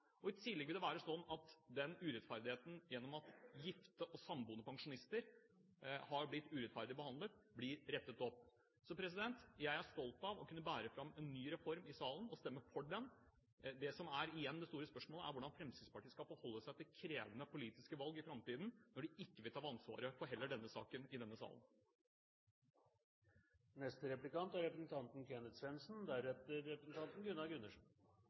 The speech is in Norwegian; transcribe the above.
og i tillegg vil det at gifte og samboende pensjonister har blitt urettferdig behandlet, bli rettet opp. Så jeg er stolt av å kunne bære fram en ny reform i salen og stemme for den. Det som igjen er det store spørsmålet, er hvordan Fremskrittspartiet skal forholde seg til krevende politiske valg i framtiden når de heller ikke vil ta ansvaret for denne saken i denne